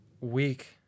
week